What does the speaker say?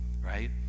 right